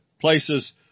places